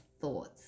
thoughts